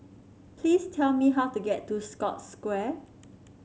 please tell me how to get to Scotts Square